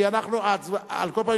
על כל פנים,